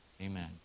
Amen